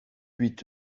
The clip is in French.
huit